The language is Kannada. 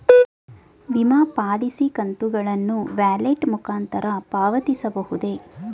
ವಿಮಾ ಪಾಲಿಸಿ ಕಂತುಗಳನ್ನು ವ್ಯಾಲೆಟ್ ಮುಖಾಂತರ ಪಾವತಿಸಬಹುದೇ?